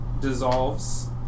dissolves